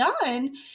done